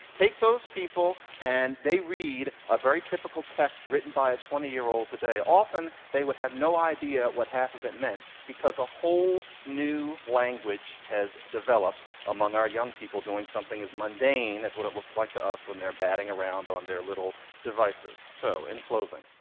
take those people and they read a very typical text written by a twenty year old today. often they would have no idea what half of it meant because a whole new language has developed among our young people doing something as mundane as what it looks like to us when they're batting around on their little devices. so in closing,